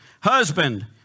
Husband